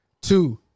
Two